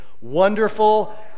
Wonderful